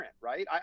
right